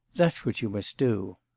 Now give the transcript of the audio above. that's what you must do!